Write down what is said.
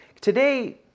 today